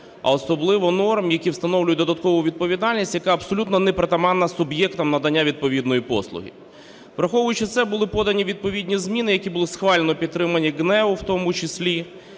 а особливо норм, які встановлюють додаткову відповідальність, яка абсолютно не притаманна суб'єктам надання відповідної послуги. Враховуючи це, були подані відповідні зміни, які були схвально підтримані ГНЕУ в тому числі.